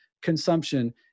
consumption